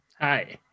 Hi